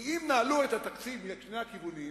כי אם נעלו את התקציב משני הכיוונים,